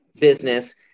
business